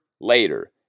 later